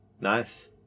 nice